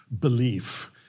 belief